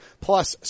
plus